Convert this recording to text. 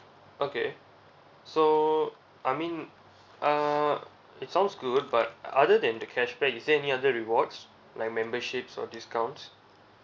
okay so I mean uh it sounds good but other than the cashback is there any other rewards like memberships or discounts